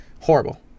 Horrible